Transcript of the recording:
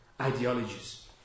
ideologies